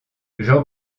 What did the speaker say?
jean